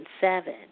seven